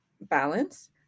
balance